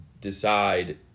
decide